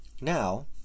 Now